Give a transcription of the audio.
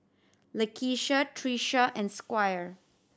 Lakeisha Trisha and Squire